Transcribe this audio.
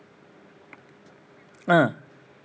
ah